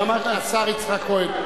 כבוד היושב-ראש,